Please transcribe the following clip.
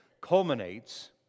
culminates